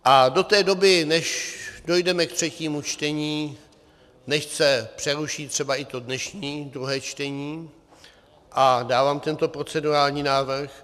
A do té doby, než dojdeme k třetímu čtení, než se přeruší třeba i to dnešní druhé čtení, dávám tento procedurální návrh.